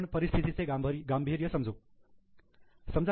आता आपण परिस्थितीचे गांभीर्य समजू शकत